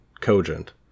cogent